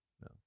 No